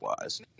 wise